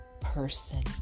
person